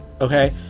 Okay